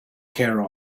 care